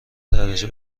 درجه